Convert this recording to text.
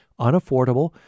Unaffordable